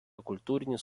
kultūrinis